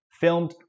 filmed